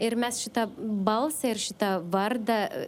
ir mes šitą balsą ir šitą vardą